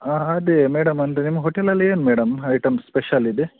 ಹಾಂ ಅದೇ ಮೇಡಮ್ ಅಂದ್ರೆ ನಿಮ್ಮ ಹೋಟೆಲಲ್ಲಿ ಏನು ಮೇಡಮ್ ಐಟಮ್ಸ್ ಸ್ಪೆಷಲ್ ಇದೆ